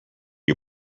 you